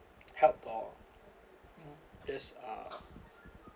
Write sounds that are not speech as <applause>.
help or just <noise> uh